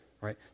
right